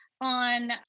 on